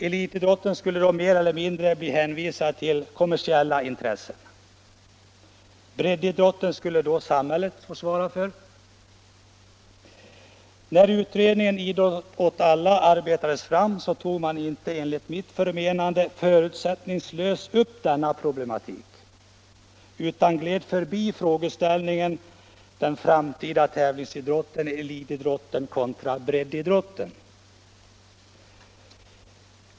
Elitidrotten skulle då mer eller mindre bli hänvisad till kommersiella intressen och samhället skulle svara för breddidrotten. När utredningen ”Idrott åt alla” arbetades fram tog man enligt mitt förmenande inte förutsättningslöst upp dessa problem utan gled förbi frågeställningen den framtida tävlingsidrotten/elitidrotten kontra breddidrotten.